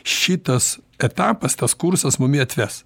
šitas etapas tas kursas mumi atves